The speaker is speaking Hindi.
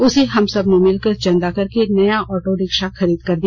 उसे हम सब ने मिलकर चंदा करके एक नया ऑटो रिक्शा खरीद कर दिया